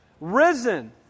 Risen